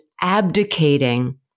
abdicating